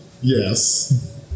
yes